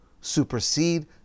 supersede